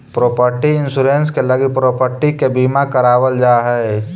property insurance के लगी property के बीमा करावल जा हई